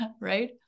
right